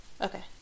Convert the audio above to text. Okay